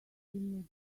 continued